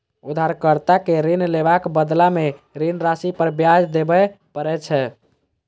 उधारकर्ता कें ऋण लेबाक बदला मे ऋण राशि पर ब्याज देबय पड़ै छै